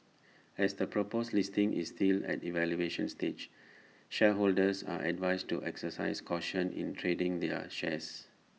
as the proposed listing is still at evaluation stage shareholders are advised to exercise caution in trading their shares